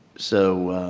so,